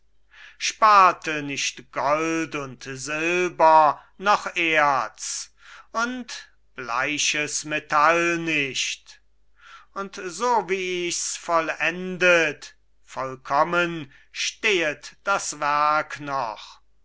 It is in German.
sparte nicht gold und silber noch erz und bleiches metall nicht und so wie ich's vollendet vollkommen stehet das werk noch